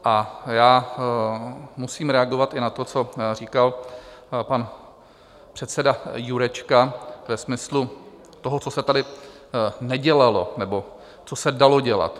A já musím reagovat i na to, co říkal pan předseda Jurečka ve smyslu toho, co se tady nedělalo nebo co se dalo dělat.